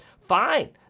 Fine